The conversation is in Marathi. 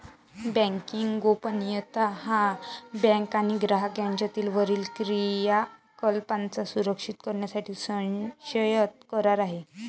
बँकिंग गोपनीयता हा बँक आणि ग्राहक यांच्यातील वरील क्रियाकलाप सुरक्षित करण्यासाठी सशर्त करार आहे